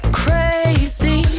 crazy